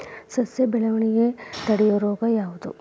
ಸಸಿ ಬೆಳವಣಿಗೆ ತಡೆಯೋ ರೋಗ ಯಾವುದು?